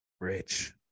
Rich